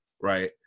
Right